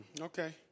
okay